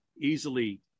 easily